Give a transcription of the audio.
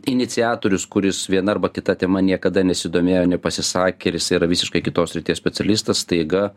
iniciatorius kuris viena arba kita tema niekada nesidomėjo ir nepasisakė ir jis tai yra visiškai kitos srities specialistas staiga